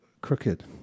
crooked